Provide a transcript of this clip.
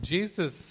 Jesus